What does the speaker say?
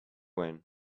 when